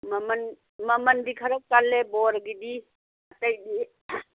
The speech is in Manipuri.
ꯃꯃꯜ ꯃꯃꯜꯗꯤ ꯈꯔ ꯀꯜꯂꯦ ꯕꯣꯔꯒꯤꯗꯤ ꯑꯇꯩꯗꯤ